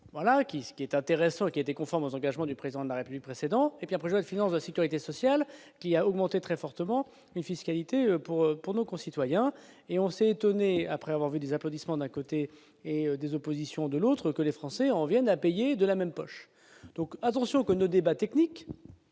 qui ce qui est intéressant, qui était conforme aux engagements du président de la République précédent et puis après la finance de la Sécurité sociale, qui a augmenté très fortement et fiscalité pour pour nos concitoyens et on s'est étonné après avoir vu des applaudissements d'un côté et des oppositions de l'autre, que les Français en viennent à payer de la même poche donc attention que nos débats techniques